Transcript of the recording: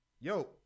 Yo